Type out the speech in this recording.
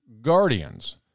guardians